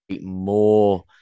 more